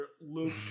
Luke